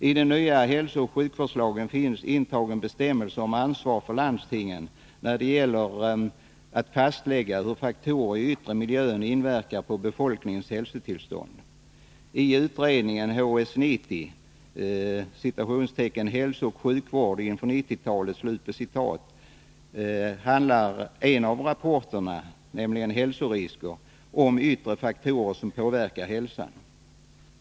I den nya hälsooch sjukvårdslagen finns intagen en bestämmelse om ansvar för landstingen när det gäller att fastlägga hur faktorer i yttre miljön inverkar på befolkningens hälsotillstånd. I utredningen HS 90, Hälsooch sjukvård inför 90-talet, handlar en av rapporterna, Hälsorisker, om yttre faktorer som påverkar hälsan.